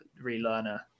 relearner